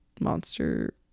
monster